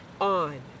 on